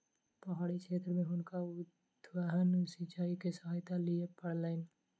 पहाड़ी क्षेत्र में हुनका उद्वहन सिचाई के सहायता लिअ पड़लैन